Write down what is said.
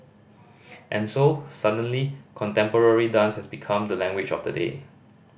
and so suddenly contemporary dance has become the language of the day